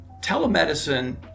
telemedicine